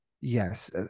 Yes